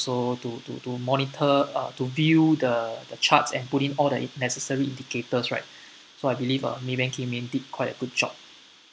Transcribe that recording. so to to to monitor uh to view the the charts and put in all the necessary indicators right so I believe uh maybank kim eng did quite a good job